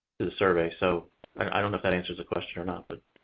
to the survey. so i don't know if that answers the question or not. but